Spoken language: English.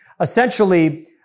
essentially